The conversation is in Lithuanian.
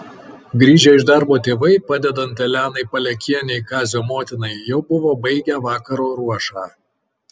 grįžę iš darbo tėvai padedant elenai palekienei kazio motinai jau buvo baigę vakaro ruošą